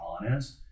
honest